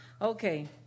Okay